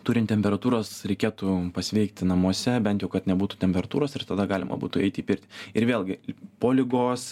turint temperatūros reikėtų pasveikti namuose bent jau kad nebūtų temperatūros ir tada galima būtų eiti į pirtį ir vėlgi po ligos